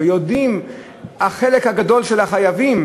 יודעים שלחלק הגדול של החייבים